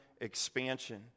expansion